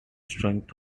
strength